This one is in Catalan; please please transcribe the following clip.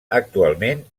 actualment